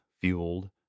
fueled